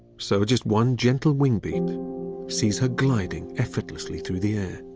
so, just one gentle wing beat sees her gliding effortlessly through the air.